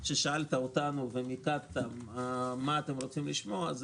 שהוא שאל אותנו ומיקד מה אתם רוצים לשמוע.